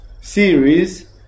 series